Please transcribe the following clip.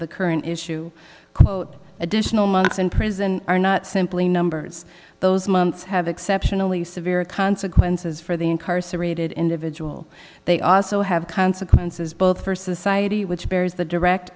the current issue additional months in prison are not simply numbers those months have exceptionally severe consequences for the incarcerated individual they also have consequences both for society which bears the direct